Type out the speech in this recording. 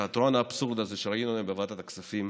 שתיאטרון האבסורד הזה שראינו בוועדת הכספים